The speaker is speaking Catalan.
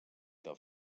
del